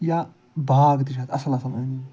یا باغ تہِ چھِ اَتھ اصٕل اصٕل أنٛدۍ أنٛدۍ